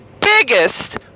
biggest